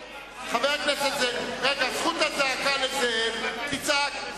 רגע, זכות הזעקה לזאב, תצעק.